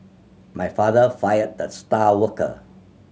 my father fired the star worker